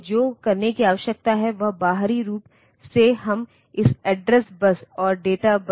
तो जब यह कहा जाता है कि यह वास्तव में मेमोरी से रीड की कोशिश कर रहा है तो इस रीड बार लाइन को 0 बनाया जाना चाहिए यह सक्रिय है